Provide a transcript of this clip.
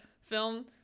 film